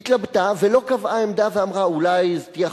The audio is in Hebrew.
היא התלבטה, ולא קבעה עמדה, ואמרה: אולי תהיה